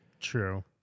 True